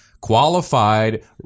qualified